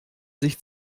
sich